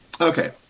Okay